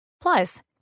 Plus